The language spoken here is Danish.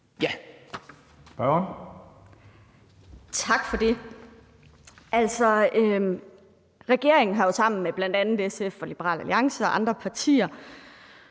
(RV): Tak for det. Regeringen har jo sammen med bl.a. SF og Liberal Alliance og andre partier